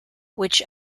which